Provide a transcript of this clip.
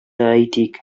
әйтик